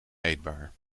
eetbaar